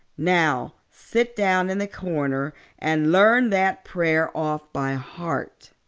now, sit down in the corner and learn that prayer off by heart.